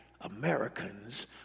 Americans